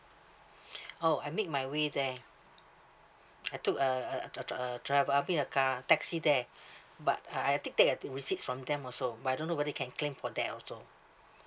oh I make my way there I took a a a t~ t~ a travel I've been in a car taxi there but uh I did take a the receipts from them also but I don't know whether I can claim for that also